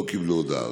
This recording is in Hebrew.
לא קיבלו הודעה.